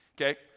okay